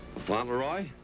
fauntleroy,